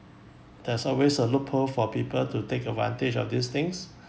there's always a loophole for people to take advantage of these things